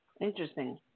Interesting